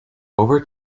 over